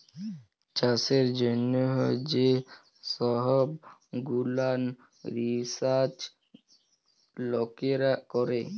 চাষের জ্যনহ যে সহব গুলান রিসাচ লকেরা ক্যরে